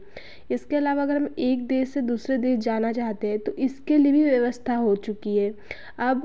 इसके अलावा अगर एक देश से दूसरे देश जाना चाहते हैं तो इसके लिए भी व्यवस्था हो चुकी है अब